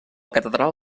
catedral